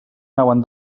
anaven